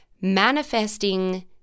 manifesting